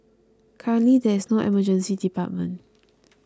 currently there is no Emergency Department